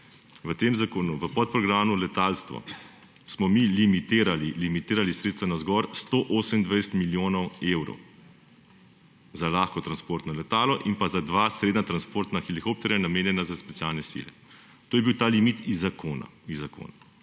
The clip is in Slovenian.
V tem zakonu, v podprogramu Letalstvo smo mi limitirali sredstva navzgor – 128 milijonov evrov za lahko transportno letalo in za dva srednja transportna helikopterja, namenjena za specialne sile. To je bil ta limit iz zakona.